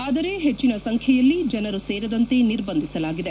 ಆದರೆ ಹೆಚ್ಚಿನ ಸಂಖ್ಯೆಯಲ್ಲಿ ಜನರು ಸೇರದಂತೆ ನಿರ್ಬಂಧಿಸಲಾಗಿದೆ